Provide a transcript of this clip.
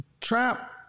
trap